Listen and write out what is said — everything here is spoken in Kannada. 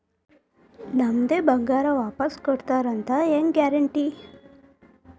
ನಮ್ಮದೇ ಬಂಗಾರ ವಾಪಸ್ ಕೊಡ್ತಾರಂತ ಹೆಂಗ್ ಗ್ಯಾರಂಟಿ?